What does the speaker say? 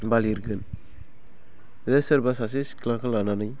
बा लिरगोन बे सोरबा सासे सिख्लाखौ लानानै